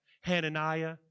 Hananiah